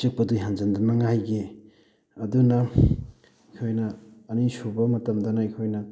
ꯆꯤꯛꯄꯗꯨ ꯍꯦꯟꯖꯟꯗꯅꯤꯡꯉꯥꯏꯒꯤ ꯑꯗꯨꯅ ꯑꯩꯈꯣꯏꯅ ꯑꯅꯤꯁꯨꯕ ꯃꯇꯝꯗꯅ ꯑꯩꯈꯣꯏꯅ